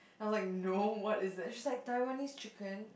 I was like no what is that she's like Taiwanese chicken